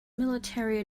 military